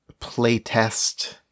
playtest